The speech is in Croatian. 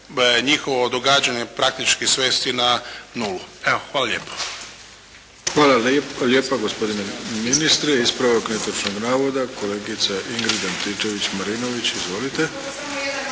njihovo događanje praktički svesti na nulu. Evo, hvala lijepo. **Arlović, Mato (SDP)** Hvala lijepo gospodine ministre. Ispravak netočnog navoda kolegica Ingrid Antičević Marinović. Izvolite.